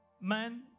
man